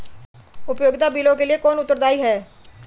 उपयोगिता बिलों के लिए कौन उत्तरदायी है?